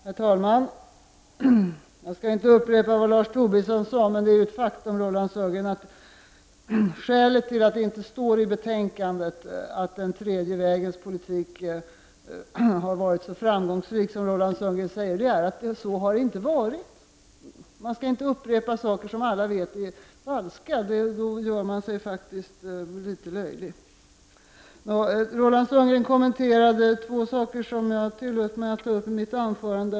Herr talman! Jag skall inte upprepa vad Lars Tobisson sade, men det är ett faktum, Roland Sundgren, att skälet till att det inte står i betänkandet att den tredje vägens politik har varit så framgångsrik som Roland Sundgren säger är att så inte är fallet. Man skall inte upprepa saker som alla vet är falska. Då gör man sig faktiskt litet löjlig. Roland Sundgren kommenterade två områden, som jag tillät mig att ta uppi mitt anförande.